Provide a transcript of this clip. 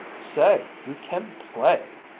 say, you can play!